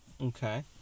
Okay